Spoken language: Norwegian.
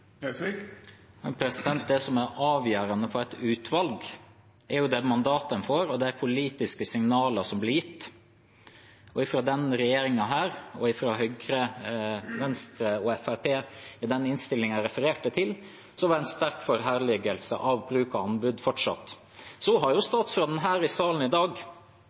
Det som er avgjørende for et utvalg, er jo det mandatet en får, og de politiske signalene som blir gitt, og fra denne regjeringen og fra Høyre, Venstre og Fremskrittspartiet i den innstillingen jeg refererte til, er det en sterk forherligelse av bruk av anbud fortsatt. Så har statsråden her i salen i dag